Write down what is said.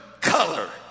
color